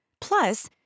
Plus